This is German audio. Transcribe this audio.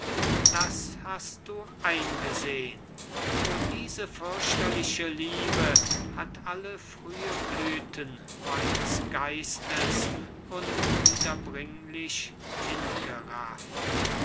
das hast du eingesehn o diese fürchterliche liebe hat alle frühe blüten meines geistes unwiederbringlich hingerafft